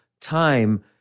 time